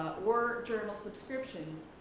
word journal subscriptions,